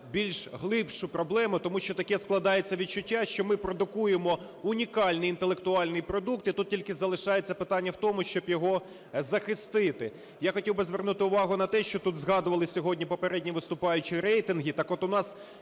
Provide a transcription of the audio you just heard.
більш глибшу проблему, тому що таке складається відчуття, що ми продукуємо унікальний інтелектуальний продукт і тут тільки залишається питання в тому, щоб його захистити. Я хотів би звернути увагу на те, що тут згадували сьогодні попередні виступаючі рейтинги.